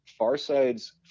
Farside's